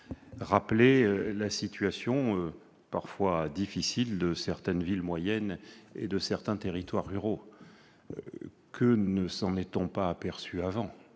rappelé la situation parfois difficile de certaines villes moyennes et de certains territoires ruraux. Que ne s'en est-on ému plus tôt ?